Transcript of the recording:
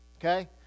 okay